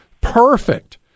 Perfect